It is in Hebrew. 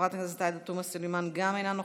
חברת הכנסת עאידה תומא סלימאן, גם אינה נוכחת.